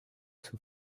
sous